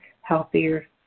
healthier